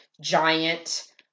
giant